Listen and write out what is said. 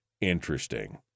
interesting